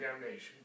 damnation